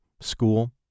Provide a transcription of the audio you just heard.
school